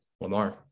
Lamar